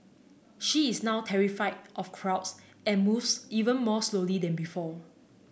she is now terrified of crowds and moves even more slowly than before